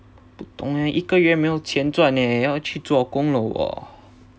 不懂呃一个月没有钱赚呃要去做工了我